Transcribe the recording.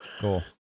cool